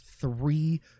three